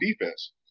defense